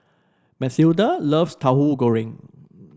Mathilda loves Tahu Goreng